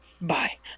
Bye